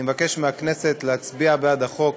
אני מבקש מהכנסת להצביע בעד החוק.